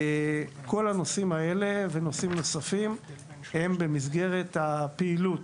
כל הנושאים האלה ונושאים נוספים הם במסגרת הפעילות